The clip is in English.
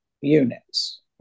units